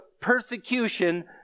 persecution